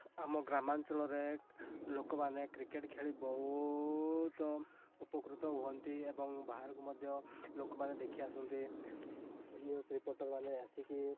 ଆମ ଗ୍ରାମାଞ୍ଚଳରେ ଲୋକ ମାନେ କ୍ରିକେଟ୍ ଖେଳି ବହୁତ ଉପକୃତ ହୁଅନ୍ତି ଏବଂ ବାହାରକୁ ମଧ୍ୟ ଲୋକ ମାନେ ଦେଖିବାକୁ ଆସନ୍ତି ନ୍ୟୁଜ୍ ରିପୋଟର୍ ମାନେ ଆସିକି